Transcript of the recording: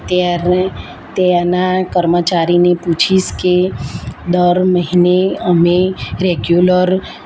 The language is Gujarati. ત્યાંના કર્મચારીને પૂછીશ કે દર મહિને અમે રેગ્યુલર